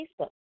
Facebook